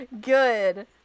good